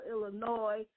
Illinois